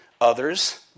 Others